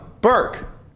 Burke